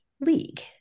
league